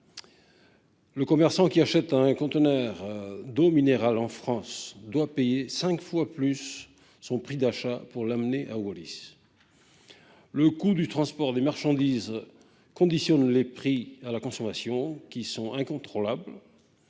Le commerçant qui achète un conteneur d'eau minérale en France doit payer cinq fois plus pour le transporter vers notre territoire. Le coût du transport des marchandises conditionne les prix à la consommation, qui sont devenus incontrôlables,